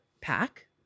pack